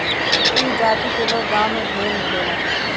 ई जाति क लोग गांव में ढेर मिलेलन